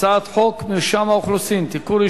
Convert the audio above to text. הצעת חוק מרשם האוכלוסין (תיקון,